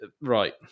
right